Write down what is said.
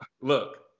Look